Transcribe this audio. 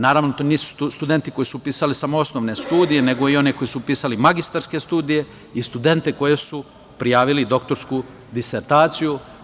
Naravno, to nisu studenti koji su upisali samo osnovne studije, nego i oni koji su upisali magistarske studije i studenti koji su prijavili doktorsku disertaciju.